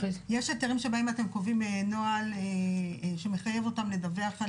יש היתרים שבהם אתם קובעים נוהל שמחייב אותם לדווח,